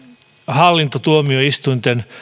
hallintotuomioistuinten